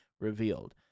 revealed